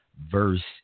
verse